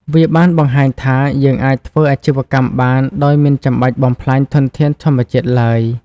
វាបានបង្ហាញថាយើងអាចធ្វើអាជីវកម្មបានដោយមិនចាំបាច់បំផ្លាញធនធានធម្មជាតិឡើយ។